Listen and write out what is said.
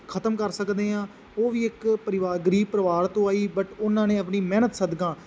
ਖਤਮ ਕਰ ਸਕਦੇ ਹਾਂ ਉਹ ਵੀ ਇੱਕ ਪਰਿਵਾਰ ਗਰੀਬ ਪਰਿਵਾਰ ਤੋਂ ਆਈ ਬਟ ਉਹਨਾਂ ਨੇ ਆਪਣੀ ਮਿਹਨਤ ਸਦਕਾ